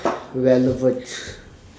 relevant